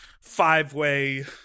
five-way